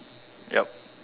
yup